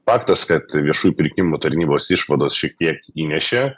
faktas kad viešųjų pirkimų tarnybos išvados šiek tiek įnešė